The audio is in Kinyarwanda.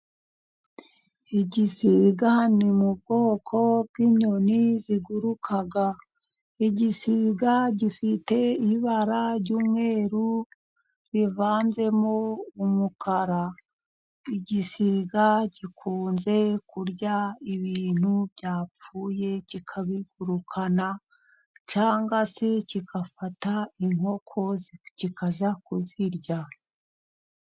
Igisiga ni mu bwoko bw'inyoni ziguruka, igisiga gifite ibara ry'umweru rivanzemo umukara, igisiga gikunze kurya ibintu byapfuye kikabigurukana, cyangwa se kigafata inkoko kikajya kuzirya.